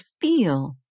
feel